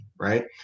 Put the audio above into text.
right